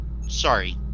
sorry